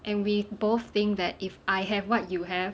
and we both think that if I have what you have